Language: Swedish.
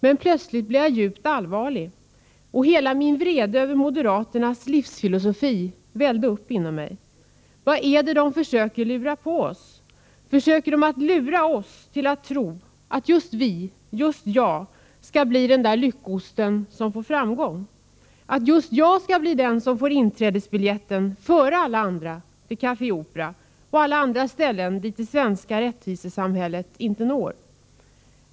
Men plötsligt blev jag djupt allvarlig. Och hela min vrede över moderaternas livsfilosofi vällde upp inom mig. Vad är det moderaterna försöker lura på oss? Försöker de lura oss till att tro att just jag skall bli den där lyckosten som får framgång, att just jag skall bli den som före alla andra får inträdesbiljetten till Café Opera och alla andra ställen dit det svenska rättvisesamhället inte når?